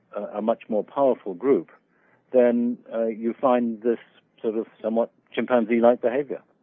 a much more powerful group then you find this sort of somewhat chimpanzee-like behavior